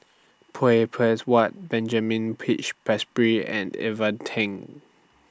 Whatt Benjamin Peach and Ivan Tng